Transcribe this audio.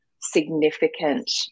significant